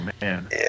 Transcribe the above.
man